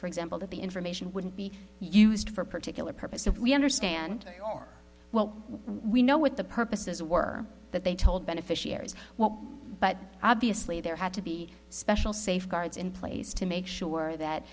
for example that the information wouldn't be used for particular purpose if we understand we know what the purposes were that they told beneficiaries but obviously there had to be special safeguards in place to make sure that